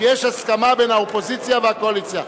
שיש הסכמה בין האופוזיציה והקואליציה.